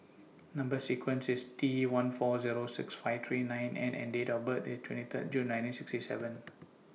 Number sequence IS T one four Zero six five three nine N and Date of birth IS twenty Third June nineteen sixty seven